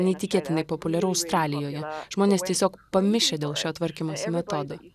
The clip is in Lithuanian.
neįtikėtinai populiaru australijoje žmonės tiesiog pamišę dėl šio tvarkymosi metodo